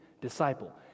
disciple